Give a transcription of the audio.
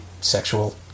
sexual